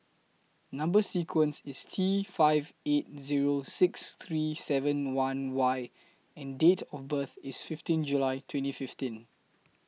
Number sequence IS T five eight Zero six three seven one Y and Date of birth IS fifteen July twenty fifteen